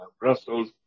Brussels